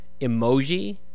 Emoji